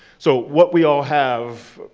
so what we all have,